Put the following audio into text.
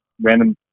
random